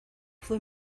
fue